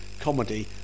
comedy